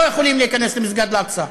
לא יכולים להיכנס למסגד אל-אקצא: